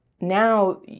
now